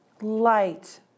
light